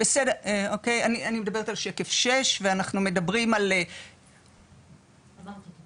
והוא בתחום פרט ההצפה ואין בו שום נחיצות.